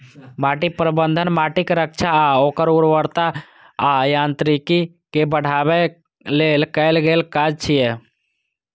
माटि प्रबंधन माटिक रक्षा आ ओकर उर्वरता आ यांत्रिकी कें बढ़ाबै लेल कैल गेल काज छियै